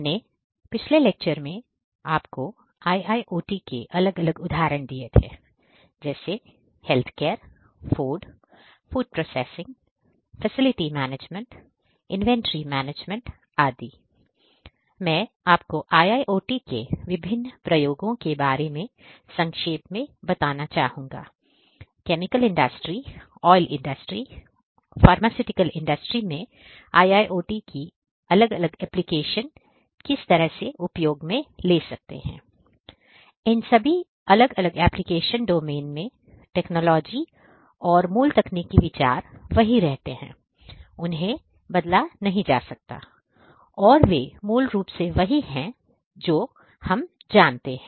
मेरे पिछले लेक्चर में मैंने आपको IIOT के अलग अलग उदाहरण दिए थे कैसे हेल्थ केयर में IIoT की अलग अलग एप्लीकेशन इस तरह से उपयोग में ले सकते हैं इन सभी अलग अलग एप्लीकेशन डोमेन में और टेक्नोलॉजी और मूल तकनीकी विचार वही रहते हैं उन्हें बदला नहीं जा सकता और वे मूल रूप से वही है जो हम जानते हैं